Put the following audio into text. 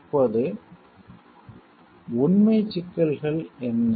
இப்போது உண்மைச் சிக்கல்கள் என்ன